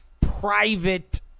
private